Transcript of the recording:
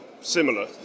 similar